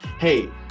Hey